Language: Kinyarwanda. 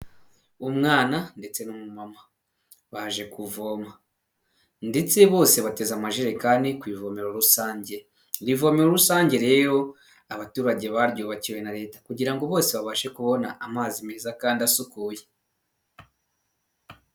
Umwana ndetse n'umumama baje kuvoma, ndetse bose bateze amajerekani ku ivomero rusange. Iri vome rusange rero abaturage baryubakiwe na leta kugira bose babashe kubona amazi meza kandi asukuye.